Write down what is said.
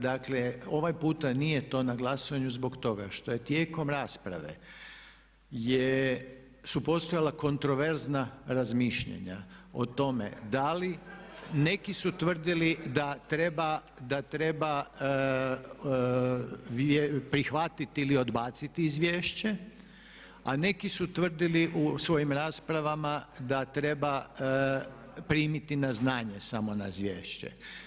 Dakle, ovaj puta nije to na glasovanju zbog toga što je tijekom rasprave su postojala kontroverzna razmišljanja o tome da li, neki su tvrdili da treba prihvatiti ili odbaciti izvješće, a neki su tvrdili u svojim raspravama da treba primiti na znanje samo izvješće.